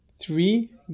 Three